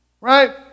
right